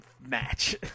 match